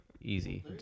Easy